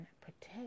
protect